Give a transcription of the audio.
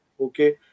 okay